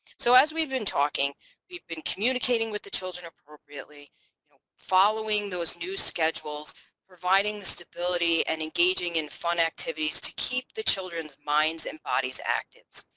so as we've been talking we've been communicating with the children really you know following those new schedules providing the stability and engaging in fun activities to keep the children's minds and bodies active.